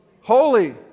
Holy